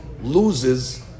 loses